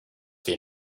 wir